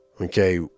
okay